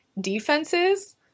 defenses